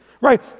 Right